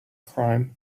crime